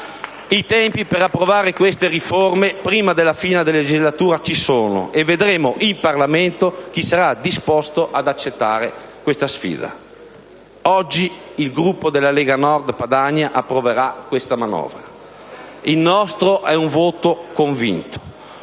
I tempi per approvare queste riforme prima della fine della legislatura ci sono e vedremo in Parlamento chi sarà disposto ad accettare questa sfida. Oggi il Gruppo della Lega Nord Padania approverà questa manovra. Il nostro è un voto convinto.